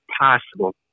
possible